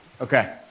okay